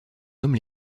homme